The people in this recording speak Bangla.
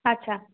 আচ্ছা